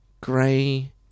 Gray